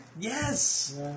Yes